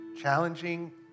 challenging